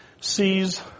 sees